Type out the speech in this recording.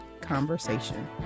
conversation